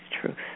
truth